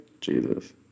Jesus